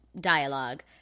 dialogue